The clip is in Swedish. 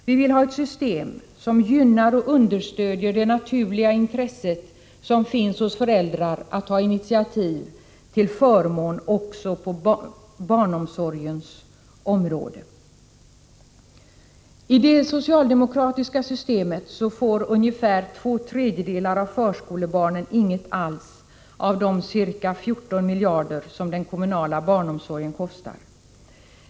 Vi vill ha ett system som gynnar och understödjer det naturliga intresset som finns hos föräldrar att ta initiativ till förmån också på barnomsorgens område. I socialdemokratiska system får ungefär två tredjedelar av förskolebarnen inget alls av de 14 miljarder som den kommunala barnomsorgen kostar.